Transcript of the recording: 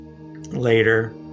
later